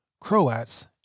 Croats